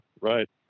right